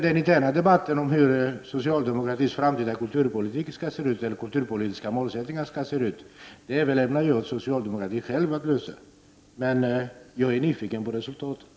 Den interna debatten om hur socialdemokratins kulturpolitiska målsättningar skall se ut överlämnar jag till socialdemokraterna att föra. Men jag är nyfiken på resultatet.